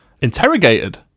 interrogated